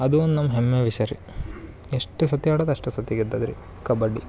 ಅದು ನಮ್ಮ ಹೆಮ್ಮೆ ವಿಷಯ ರೀ ಎಷ್ಟು ಸತಿ ಆಡೋದು ಅಷ್ಟು ಸತಿ ಗೆದ್ದದ ರೀ ಕಬಡ್ಡಿ